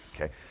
Okay